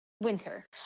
winter